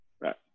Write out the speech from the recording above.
Right